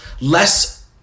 less